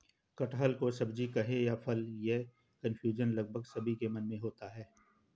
कटहल को सब्जी कहें या फल, यह कन्फ्यूजन लगभग सभी के मन में होता है